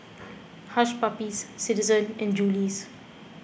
Hush Puppies Citizen and Julie's